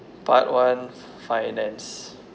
part one finance